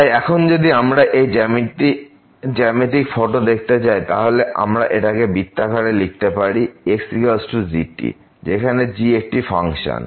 তাই এখন যদি আমরা এর জ্যামিতিক ফটো দেখতে চাই তাহলে আমরা এই বৃত্তটাকে লিখতে পারি xg যেখানে g একটি ফাংশন